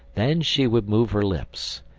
then she would move her lips,